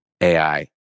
AI